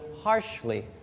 harshly